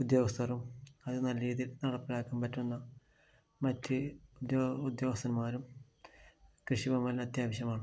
ഉദ്യോഗസ്ഥരും അത് നല്ല രീതിയിൽ നടപ്പിലാക്കാൻ പറ്റുന്ന മറ്റ് ഉദ്യോഗസ്ഥന്മാരും കൃഷിഭവന് അത്യാവശ്യമാണ്